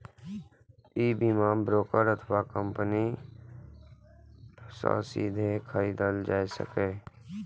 ई बीमा ब्रोकर अथवा बीमा कंपनी सं सीधे खरीदल जा सकैए